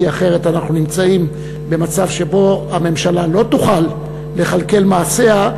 כי אחרת אנחנו נמצאים במצב שבו הממשלה לא תוכל לכלכל מעשיה,